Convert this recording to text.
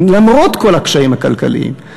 למרות כל הקשיים הכלכליים.